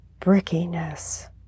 brickiness